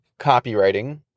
copywriting